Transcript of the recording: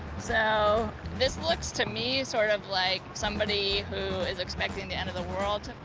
so this looks, to me, sort of like somebody who is expecting the end of the world.